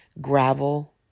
gravel